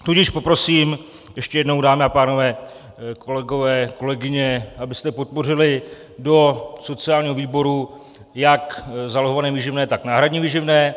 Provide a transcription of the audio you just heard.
Tudíž poprosím ještě jednou, dámy a pánové, kolegové, kolegyně, abyste podpořili do sociálního výboru jak zálohované výživné, tak náhradní výživné.